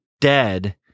dead